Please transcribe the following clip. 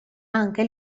anche